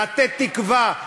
לתת תקווה,